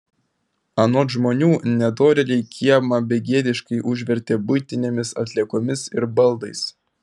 anot žmonių nedorėliai kiemą begėdiškai užvertė buitinėmis atliekomis ir baldais